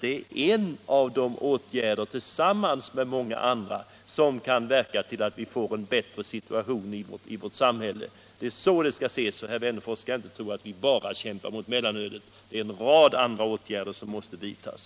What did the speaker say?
Det är en av de åtgärder som tillsammans med många andra kan verka för att vi får en bättre situation i vårt samhälle. Det är så det skall ses. Herr Wennerfors skall inte tro att vi bara kämpar mot mellanölet — en rad andra åtgärder måste vidtas!